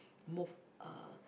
move uh